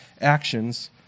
actions